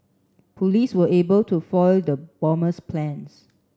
police were able to foil the bomber's plans